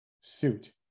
suit